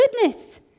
goodness